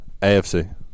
AFC